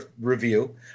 review